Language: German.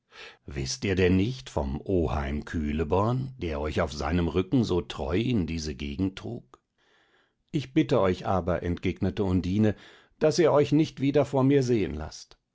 wißt ihr denn nicht vom oheim kühleborn der euch auf seinem rücken so treu in diese gegend trug ich bitte euch aber entgegnete undine daß ihr euch nicht wieder vor mir sehn laßt